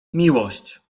miłość